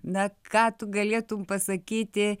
na ką tu galėtum pasakyti